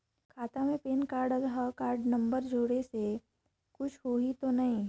खाता मे PAN card और हव कारड नंबर जोड़े से कुछ होही तो नइ?